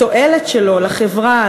התועלת שלו לחברה,